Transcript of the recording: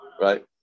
right